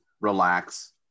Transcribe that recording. relax